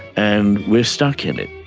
and we are stuck in it.